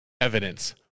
Evidence